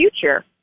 future